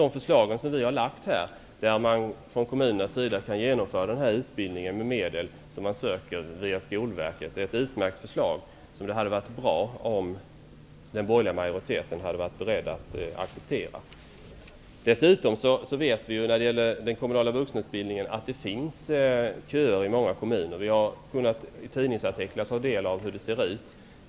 De förslag vi har lagt fram, genom vilka kommunerna kan genomföra denna utbildning med medel som man söker via Skolverket, är utmärkta. Det hade varit bra om den borgerliga majoriteten hade varit beredd att acceptera dem. Vi vet dessutom att det i många kommuner finns köer till den kommunala vuxenutbildningen. Vi har i tidningsartiklar kunnat ta del av hur det ser ut.